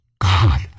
God